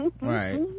right